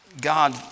God